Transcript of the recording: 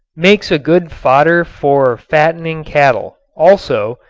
makes a good fodder for fattening cattle. also,